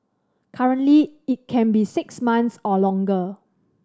currently it can be six months or longer